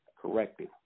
corrected